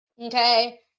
Okay